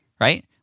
right